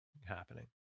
happening